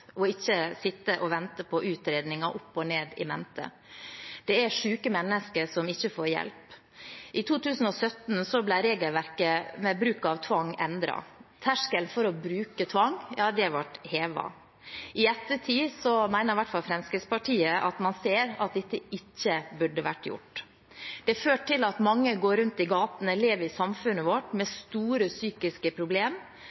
ikke sitte og vente på utredninger opp og ned og i mente. Det er syke mennesker som ikke får hjelp. I 2017 ble regelverket for bruk av tvang endret. Terskelen for å bruke tvang ble hevet. I ettertid mener i hvert fall Fremskrittspartiet at dette ikke burde vært gjort. Det har ført til at mange går rundt i gatene og lever i samfunnet vårt